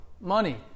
money